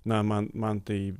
na man man tai